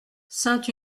saint